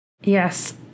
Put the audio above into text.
yes